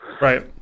Right